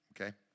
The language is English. okay